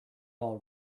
all